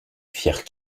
firent